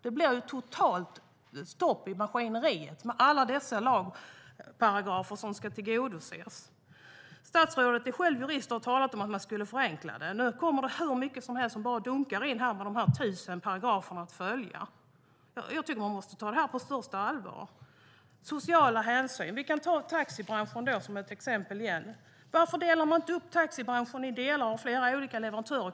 Det blir totalt stopp i maskineriet med alla dessa lagparagrafer som ska efterlevas. Statsrådet är själv jurist och har talat om att man skulle genomföra en förenkling. Nu kommer det hur mycket som helst i de tusen paragraferna som ska följas. Jag tycker att man måste ta det här på största allvar. När det gäller sociala hänsyn kan jag ta upp taxibranschen som ett exempel. Varför delar man inte upp taxibranschen och har flera olika leverantörer?